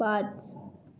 पाच